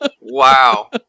Wow